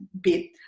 bit